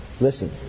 Listen